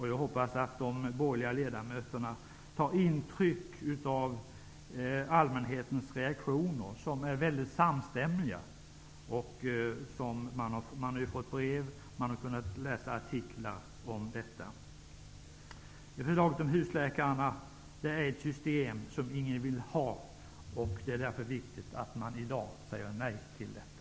Jag hoppas att de borgerliga ledamöterna tar intryck av allmänhetens samstämmiga reaktioner. Det har kommit brev och det har varit möjligt att läsa artiklar. Förslaget om husläkare är ett system som ingen vill ha, och det är viktigt att i dag säga nej till detta.